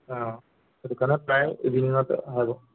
অঁ সেইটো কাৰণে প্ৰায় ইভিণিঙতে হ'ব